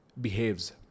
behaves